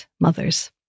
mothers